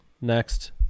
Next